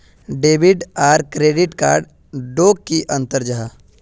Debit आर credit card डोट की अंतर जाहा?